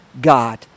God